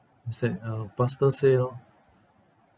what's that uh pastor say lor